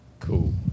Cool